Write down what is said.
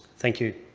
thank you.